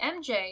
MJ